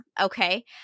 okay